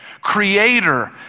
creator